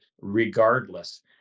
regardless